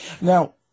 Now